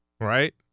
Right